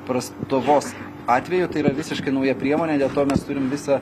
prastovos atveju tai yra visiškai nauja priemonė dėl to mes turim visą